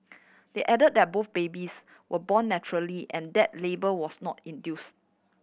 they added that both babies were born naturally and that labour was not induced